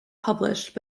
published